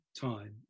time